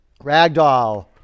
Ragdoll